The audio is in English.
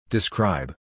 Describe